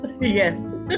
Yes